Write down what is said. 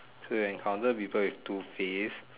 so you encounter people with two face